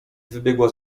wybiegła